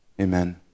Amen